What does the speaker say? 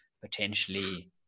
potentially